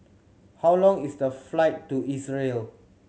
how long is the flight to Israel